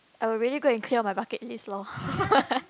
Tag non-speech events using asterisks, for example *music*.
I would really go and clear my bucket list loh *laughs*